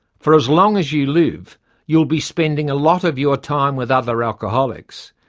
for as long as you live you'll be spending a lot of your time with other alcoholics.